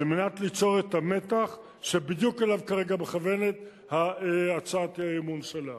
כדי ליצור את המתח שבדיוק אליו כרגע מכוונת הצעת האי-אמון שלך.